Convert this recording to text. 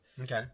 okay